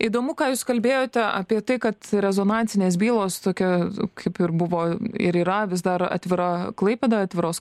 įdomu ką jūs kalbėjote apie tai kad rezonansinės bylos tokia kaip ir buvo ir yra vis dar atvira klaipėdoj atviros